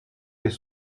les